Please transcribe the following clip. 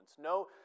No